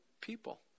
people